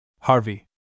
Harvey